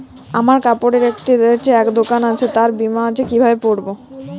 আমার কাপড়ের এক দোকান আছে তার বীমা কিভাবে করবো?